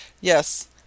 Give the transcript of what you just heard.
Yes